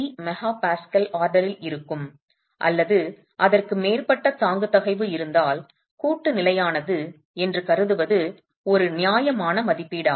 3 MPa ஆர்டரில் இருக்கும் அல்லது அதற்கு மேற்பட்ட தாங்கு தகைவு இருந்தால் கூட்டு நிலையானது என்று கருதுவது ஒரு நியாயமான மதிப்பீடாகும்